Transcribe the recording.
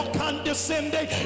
condescending